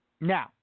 Now